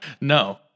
No